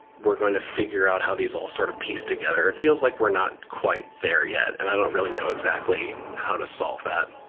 we're going to figure out how these all sort of piece together. it feels like we're not quite there yet, and i don't really know exactly how to solve that.